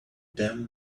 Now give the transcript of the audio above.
damn